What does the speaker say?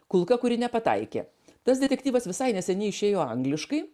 kulka kuri nepataikė tas detektyvas visai neseniai išėjo angliškai